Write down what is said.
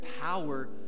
power